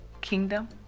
kingdom